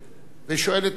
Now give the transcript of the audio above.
ושואלת נוספת,